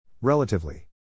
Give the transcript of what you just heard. Relatively